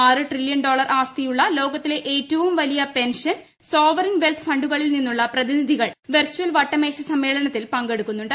ആറ് trillion dollar ആസ്തിയുള്ള ലോകത്തിലെ ഏറ്റവും വലിയ പെൻഷൻ് സോവറിൻ വെൽത്ത് ഫണ്ടുകളിൽ നിന്നുള്ള പ്രതിനിധികൾ വെർചൽ വട്ടമേശ സമ്മേളനത്തിൽ പങ്കെടുക്കുന്നുണ്ട്